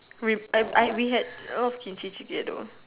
with I I we had a lot Kimchi-jjigae though